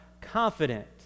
confident